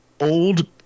old